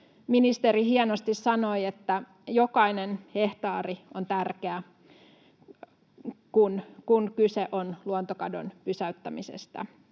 ministeri hienosti sanoi, että jokainen hehtaari on tärkeä, kun kyse on luontokadon pysäyttämisestä.